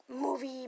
movie